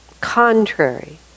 contrary